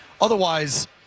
Otherwise